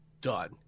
done